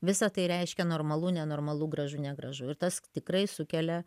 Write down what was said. visa tai reiškia normalu nenormalu gražu negražu ir tas tikrai sukelia